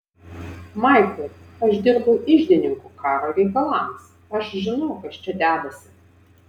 maiklai aš dirbau iždininku karo reikalams aš žinau kas čia dedasi